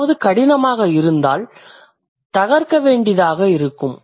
ஏதாவது கடினமாக இருந்தால் தகர்க்க வேண்டியதாக இருக்கும்